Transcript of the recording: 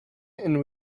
and